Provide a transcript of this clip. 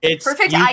Perfect